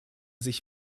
sich